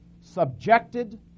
subjected